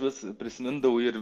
vis prisimindavau ir